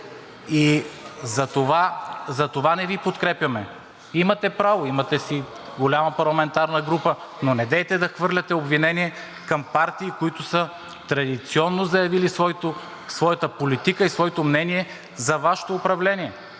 И затова не Ви подкрепяме. Имате право, имате си голяма парламентарна група, но недейте да хвърляте обвинение към партии, които традиционно са заявили своята политика и своето мнение за Вашето управление.